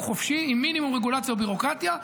חופשי עם מינימום רגולציה וביורוקרטיה,